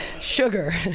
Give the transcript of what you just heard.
sugar